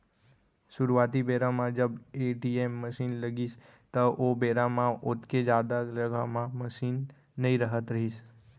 सुरूवाती बेरा म जब ए.टी.एम मसीन लगिस त ओ बेरा म ओतेक जादा जघा म मसीन नइ रहत रहिस